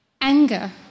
anger